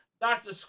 Dr